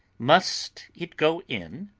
must it go in?